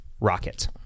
rocket